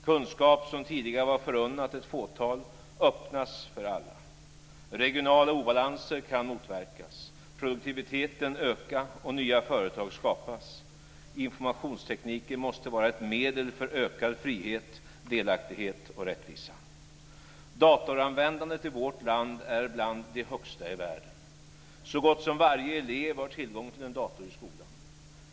Kunskap som tidigare var förunnat ett fåtal öppnas för alla. Regionala obalanser kan motverkas, produktiviteten öka och nya företag skapas. Informationstekniken måste vara ett medel för ökad frihet, delaktighet och rättvisa. Datoranvändandet i vårt land är bland det högsta i världen. Så gott som varje elev har tillgång till en dator i skolan.